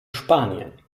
spanien